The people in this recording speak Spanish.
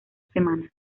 semana